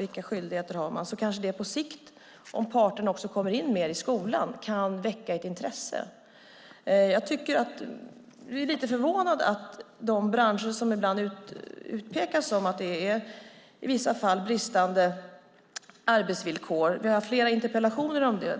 vilka skyldigheter man har, då kanske det på sikt, om parterna också kommer in mer i skolan, kan väcka ett intresse. Jag är lite förvånad över hur det är i de branscher som utpekas för att det i vissa fall förekommer bristande arbetsvillkor - vi har haft flera interpellationer om det.